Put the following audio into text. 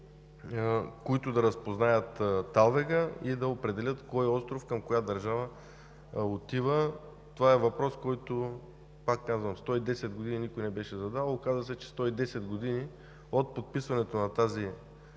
които да разпознаят талвега и да определят кой остров към коя държава отива. Това е въпрос, който, пак казвам, 110 години никой не беше задавал. Оказа се, че 110 години от подписването на